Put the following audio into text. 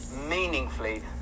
meaningfully